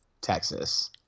Texas